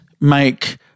make